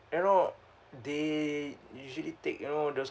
you know they usually take you know those